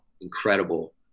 incredible